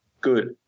good